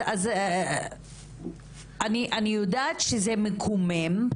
אני יודעת שזה מקומם,